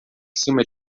cima